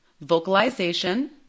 vocalization